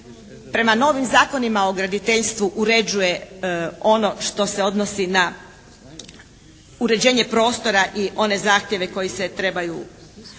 prema novim Zakonima o graditeljstvu uređuje ono što se odnosi na uređenje prostora i one zahtjeve koji se trebaju da